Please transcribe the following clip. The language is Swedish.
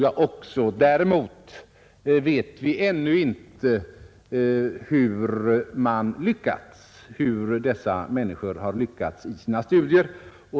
Däremot vet vi inte, hur dessa människor har lyckats i sina studier.